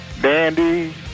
dandy